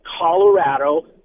Colorado